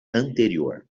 anterior